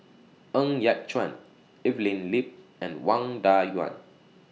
Ng Yat Chuan Evelyn Lip and Wang Dayuan